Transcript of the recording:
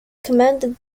commanded